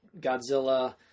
Godzilla